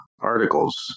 articles